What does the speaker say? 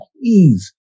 please